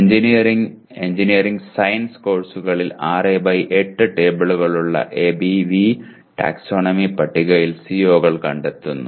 engineering engineering sciences കോഴ്സുകളിൽ 6 by 8 ടേബിളുകളുള്ള ABV taxonomy പട്ടികയിൽ സിഒകൾ കണ്ടെത്തുന്നു